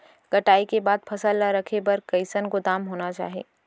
कटाई के बाद फसल ला रखे बर कईसन गोदाम होना चाही?